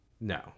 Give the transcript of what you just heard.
no